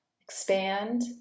expand